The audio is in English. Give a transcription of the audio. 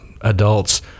adults